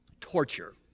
torture